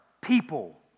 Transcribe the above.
people